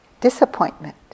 disappointment